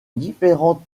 différentes